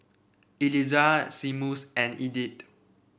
Elizah Seamus and Edith